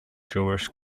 jewish